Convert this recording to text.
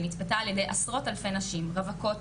שנצפתה על ידי עשרות אלפי נשים רווקות,